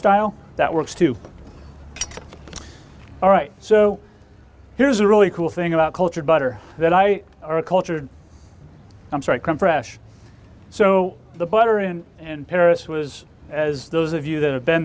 style that works too all right so here's a really cool thing about cultured butter that i are cultured i'm sorry come fresh so the butter in and paris was as those of you that have been